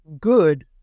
good